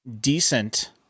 decent